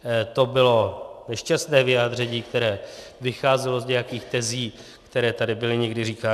To bylo nešťastné vyjádření, které vycházelo z nějakých tezí, které tady byly někdy říkány.